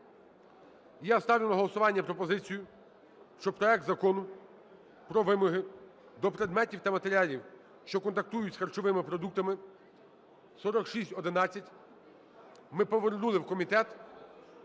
Я ставлю на голосування пропозицію, що проект Закону про вимоги до предметів та матеріалів, що контактують з харчовими продуктами (4611) ми повернули в комітет